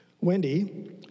Wendy